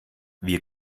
wir